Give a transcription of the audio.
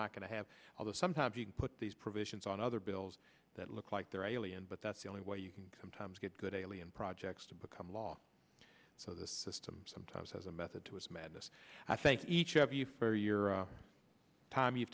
not going to have the sometimes you can put these provisions on other bills that look like they're really in but that's the only way you can sometimes good alien projects to become law so the system sometimes has a method to his madness i thank each of you for your time you've